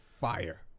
Fire